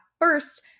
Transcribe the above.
first